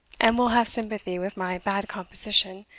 and will have sympathy with my bad composition,